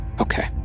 Okay